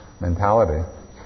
mentality